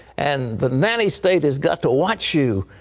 and the nanny state has got to watch you.